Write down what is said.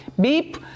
beep